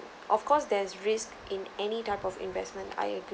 of course there's risk in any type of investment I agree